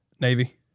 Navy